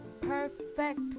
perfect